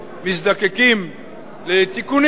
מזדקקים לתיקונים,